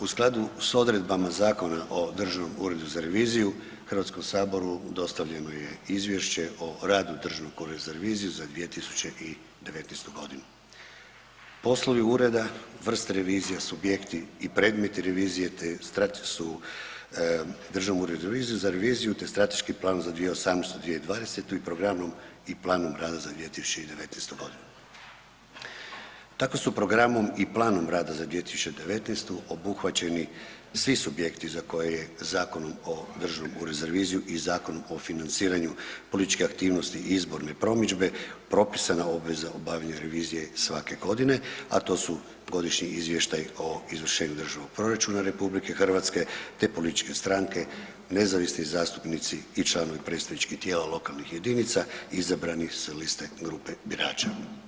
U skladu s odredbama Zakona o Državnom uredu za reviziju, HS dostavljeno je izvješće o radu Državnog ureda za reviziju za 2019.g. Poslovi ureda, vrste revizija, subjekti i predmeti revizije, te … [[Govornik se ne razumije]] Državnom uredu za reviziju, za reviziju, te strateški plan za 2018. i 2020. i programom i planom rada za 2019.g. Tako su programom i planom rada za 2019. obuhvaćeni svi subjekti za koje je Zakonom o Državnom uredu za reviziju i Zakonom o financiraju političke aktivnosti i izborne promidžbe propisana obveza obavljanja revizije svake godine, a to su Godišnji izvještaj o izvršenju državnog proračuna RH, te političke stranke, nezavisni zastupnici i članovi predstavničkih tijela lokalnih jedinica izabranih sa liste grupe birača.